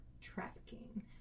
trafficking